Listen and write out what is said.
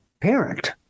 parent